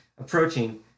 approaching